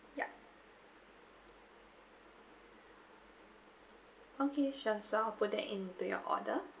yup okay sure so I'll put that into your order